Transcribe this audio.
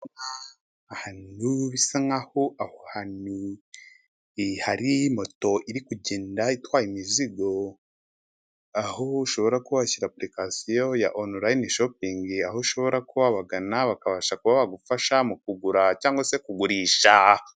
Ahantu bisa nkaho aho hantu hari moto iri kugenda itwaye imizigo, aho ushobora kuba washyira aplication ya "online shoping", aho ushobora kuba wabagana bakabasha kuba bagufasha mu kugura cyangwa se kugurisha.